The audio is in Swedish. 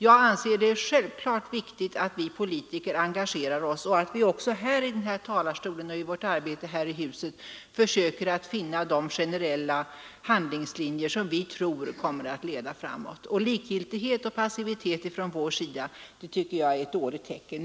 Jag anser det självklart och viktigt att vi politiker engagerar oss och att vi också i denna talarstol och i vårt arbete här i huset försöker att finna de generella handlingslinjer som vi tror kommer att leda framåt. Likgiltighet och passivitet från vår sida tycker jag är ett dåligt tecken.